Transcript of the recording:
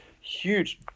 huge